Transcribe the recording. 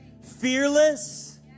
fearless